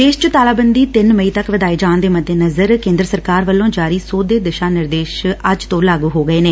ਦੇਸ਼ ਚ ਤਾਲਾਬੰਦੀ ਤਿੰਨ ਮਈ ਤੱਕ ਵਧਾਏ ਜਾਣ ਦੇ ਮੱਦੇਨਜ਼ਰ ਕੇਦਰ ਸਰਕਾਰ ਵੱਲੋ ਜਾਰੀ ਸੋਧੇ ਦਿਸ਼ਾ ਰਿਨਦੇਸ਼ ਅੱਜ ਤੋ ਲਾਗੁ ਹੋ ਗਏ ਨੇ